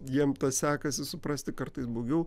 jiem sekasi suprasti kartais blogiau